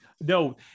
No